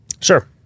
sure